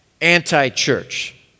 anti-church